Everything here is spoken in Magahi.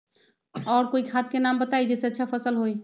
और कोइ खाद के नाम बताई जेसे अच्छा फसल होई?